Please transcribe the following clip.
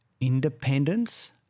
Independence